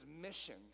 mission